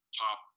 top